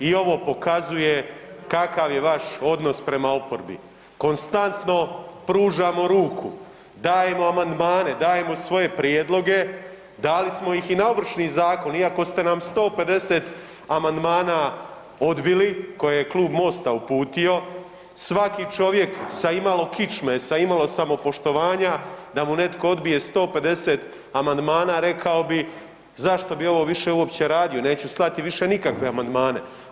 I ovo pokazuje kakav je vaš odnos prema oporbi, konstantno pružamo ruku, dajemo amandmane, dajemo svoje prijedloge, dali smo ih i na Ovršni zakon iako ste nam 150 amandmana odbili koje je klub Mosta uputio, svaki čovjek sa imalo kičme, sa imalo samopoštovanja da mu netko odbije 150 amandmana rekao bi zašto bi ovo više uopće radio, neću slati više nikakve amandmane.